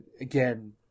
again